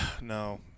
No